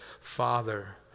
Father